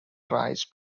tries